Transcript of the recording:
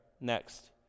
Next